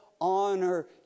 honor